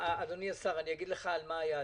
אדוני השר, אגיד לך על מה היה הדיון.